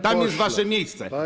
Tam jest wasze miejsce.